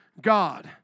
God